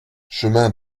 chemin